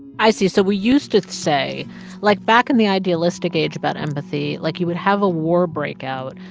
i see. so we used to say like, back in the idealistic age about empathy, like, you would have a war break out.